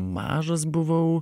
mažas buvau